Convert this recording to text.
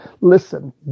Listen